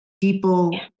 People